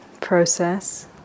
process